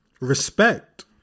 respect